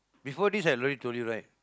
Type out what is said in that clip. before this I already told you right